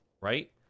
right